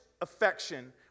affection